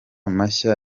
mashya